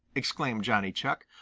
exclaimed johnny chuck.